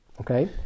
okay